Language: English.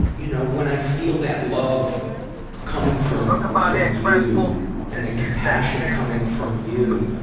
you know, when i feel that love coming from from you and the compassion coming from you,